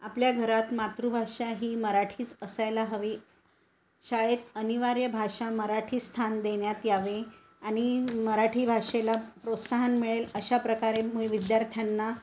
आपल्या घरात मातृभाषा ही मराठीच असायला हवी शाळेत अनिवार्य भाषा मराठी स्थान देण्यात यावे आणि मराठी भाषेला प्रोत्साहन मिळेल अशा प्रकारे मु विद्यार्थ्यांना